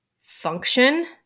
function